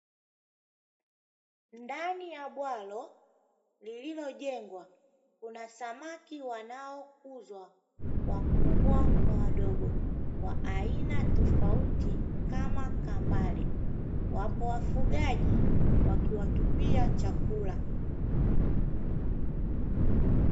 Ndani ya bwalo lililojengwa kuna samaki wanaokuzwa wakubwa kwa wadogo wa aina tofauti kama kambale, wapo wafugaji wakiwatupia chakula.